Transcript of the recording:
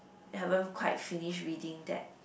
haven't quite finish reading that